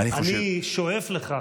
אני שואף לכך,